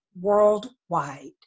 worldwide